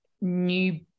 new